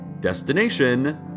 Destination